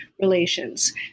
relations